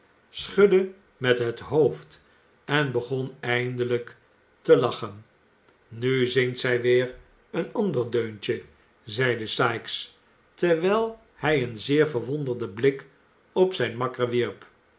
schudde met het hoofd en begon eindelijk te lachen nu zingt zij weer een ander deuntje zeide sikes terwijl hij een zeer verwonderden blik op zijn makker wierp